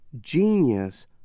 genius